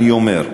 אני אומר: